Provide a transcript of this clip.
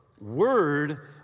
word